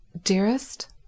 dearest